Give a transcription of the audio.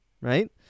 right